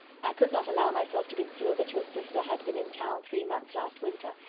i could not allow myself to conceal that your sister had been in town three months last winter,